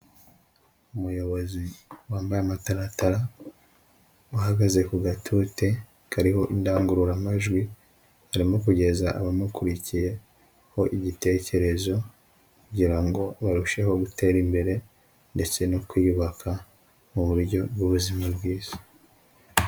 Umuyobozi wambaye amataratara uhagaze ku gatute kariho indangururamajwi, arimo kugeza abamukurikiyeho igitekerezo kugira ngo barusheho gutera imbere ndetse no kwiyubaka mu buryo bw'ubuzima bwiza.